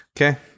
okay